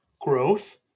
Growth